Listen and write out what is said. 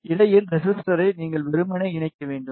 இடையில் ரெசிஸ்டரை நீங்கள் வெறுமனே இணைக்க வேண்டும்